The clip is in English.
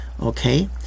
Okay